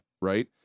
right